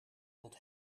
tot